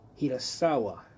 Hirasawa